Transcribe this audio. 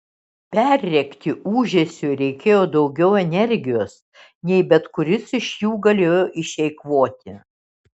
perrėkti ūžesiui reikėjo daugiau energijos nei bet kuris iš jų galėjo išeikvoti